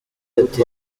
ati